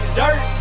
dirt